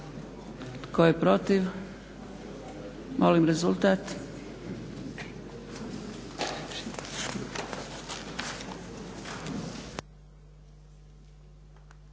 Tko je protiv? Molim rezultat.